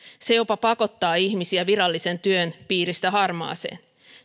se jopa pakottaa ihmisiä virallisen työn piiristä harmaaseen